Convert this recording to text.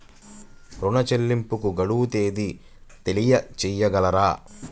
ఋణ చెల్లింపుకు గడువు తేదీ తెలియచేయగలరా?